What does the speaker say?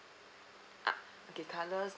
ah okay colours